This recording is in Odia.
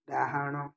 ଡାହାଣ